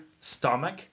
stomach